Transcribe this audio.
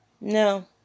No